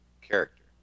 character